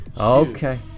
Okay